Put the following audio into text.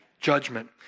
judgment